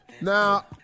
Now